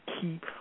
keep